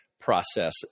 process